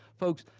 folks,